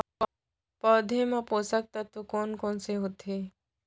पौधे मा पोसक तत्व कोन कोन से होथे?